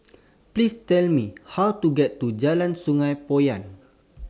Please Tell Me How to get to Jalan Sungei Poyan